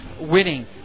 winning